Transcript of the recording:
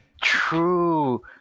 True